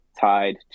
tied